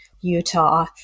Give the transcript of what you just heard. Utah